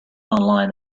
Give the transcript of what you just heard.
online